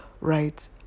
right